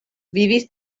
vivis